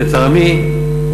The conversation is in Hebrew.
לטעמי,